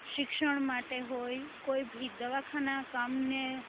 શિક્ષણ માટે હોય કોઈ ભી દવાખાના કામને